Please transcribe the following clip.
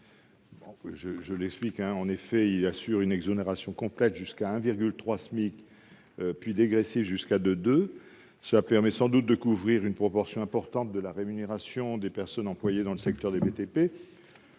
favorable ; en effet, il assure une exonération complète jusqu'à 1,3 SMIC, puis dégressive jusqu'à 2,2 SMIC. Ce régime permet sans doute de couvrir une proportion importante de la rémunération des personnes employées dans le secteur des BTP.